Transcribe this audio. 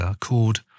called